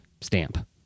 Stamp